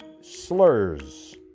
slurs